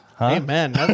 amen